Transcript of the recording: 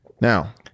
now